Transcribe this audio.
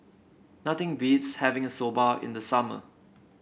nothing beats having Soba in the summer